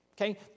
okay